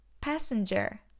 Passenger